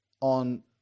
on